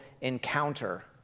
encounter